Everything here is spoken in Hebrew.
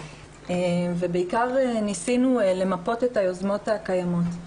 ובעיקר ניסינו למפות את היוזמות הקיימות.